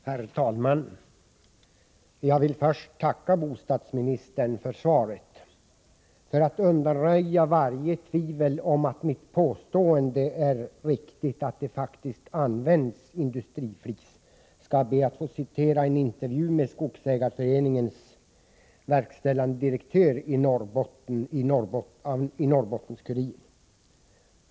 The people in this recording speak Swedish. Herr talman! Jag vill först tacka bostadsministern för svaret. För att det inte skall råda något som helst tvivel om riktigheten i mitt påstående att det faktiskt används industriflis, ber jag att få citera ur en intervju med Skogsägareföreningens verkställande direktör i Norrbottens Kuriren.